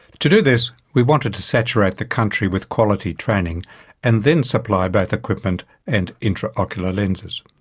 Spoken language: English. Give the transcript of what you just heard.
to do this we wanted to saturate the country with quality training and then supply both equipment and intraocular lenses.